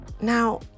Now